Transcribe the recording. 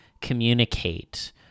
communicate